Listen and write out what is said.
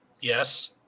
Yes